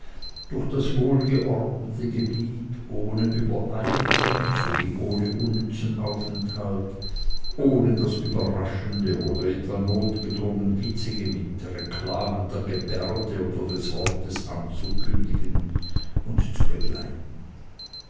durch das wohlgeordnete gebiet ohne übereilung sowie ohne unnützen aufenthalt ohne das überraschende oder etwa notgedrungen witzige mit reklamen der gebärde oder des wortes anzukündigen und zu begleiten